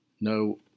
no